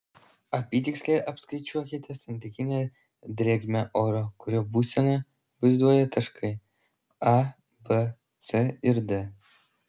apytiksliai apskaičiuokite santykinę drėgmę oro kurio būseną vaizduoja taškai a b c ir d